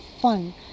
fun